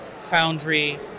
Foundry